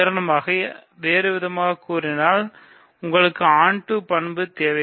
உதாரணமாக வேறுவிதமாகக் கூறினால் எங்களுக்கு onto பண்பு தேவை